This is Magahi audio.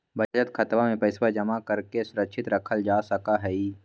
बचत खातवा में पैसवा जमा करके सुरक्षित रखल जा सका हई